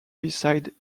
beside